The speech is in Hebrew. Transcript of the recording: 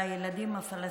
על הילדים הפלסטינים.